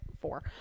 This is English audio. four